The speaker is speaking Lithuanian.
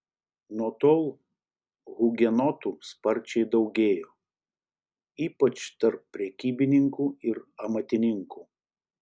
nuo tol hugenotų sparčiai daugėjo ypač tarp prekybininkų ir amatininkų